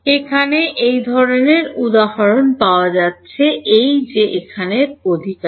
এটাই এই লোক এবং এই যে এখানের অধিকারী